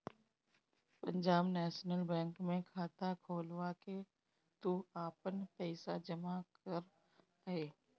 Punjab national bank में खाता खोलवा के तू आपन पईसा जमा करअ